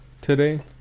today